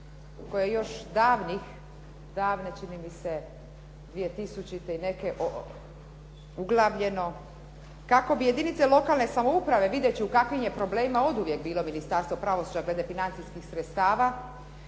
koje još davnih, davne čini mi se dvije tisućite i neke uglavljeno kako bi jedinice lokalne samouprave vidjevši u kakvim je problemima oduvijek bilo Ministarstvo pravosuđa glede financijskih sredstvima,